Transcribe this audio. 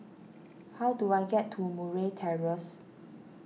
how do I get to Murray Terrace